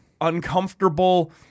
uncomfortable